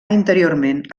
interiorment